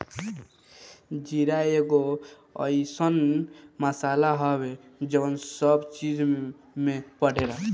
जीरा एगो अइसन मसाला हवे जवन सब चीज में पड़ेला